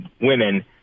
women